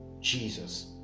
jesus